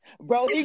bro